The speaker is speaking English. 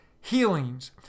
healings